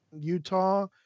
Utah